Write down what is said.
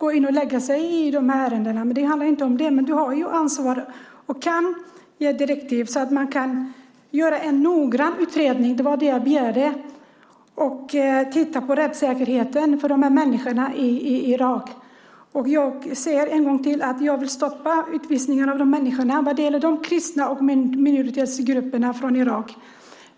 kan lägga sig i dessa ärenden. Men det handlar inte om det. Du har ansvar och kan ge direktiv om att det ska göras en noggrann utredning och att man ska titta på rättssäkerheten för dessa människor i Irak. Det var det jag begärde. Jag vill stoppa utvisningarna av dessa människor, det vill säga kristna minoritetsgrupperna från Irak.